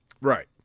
Right